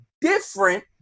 different